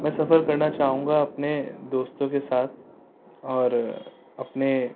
میں سفر کرنا چاہوں گا اپنے دوستوں کے ساتھ اور اپنے